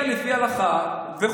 שמגיע להם לפי ההלכה וחוזרים,